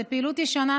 זו פעילות ישנה,